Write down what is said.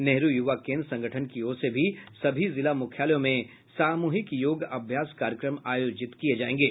नेहरू युवा केन्द्र संगठन की ओर से सभी जिला मुख्यालयों में सामूहिक योग अभ्यास कार्यक्रम आयोजित किये जायेंगे